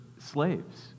slaves